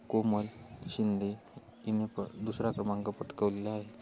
कोमल शिंदे हिने प दुसरा क्रमांक पटकवलेला आहे